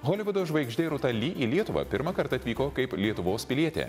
holivudo žvaigždė rūta lee į lietuvą pirmąkart atvyko kaip lietuvos pilietė